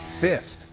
Fifth